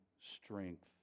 strength